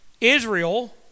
Israel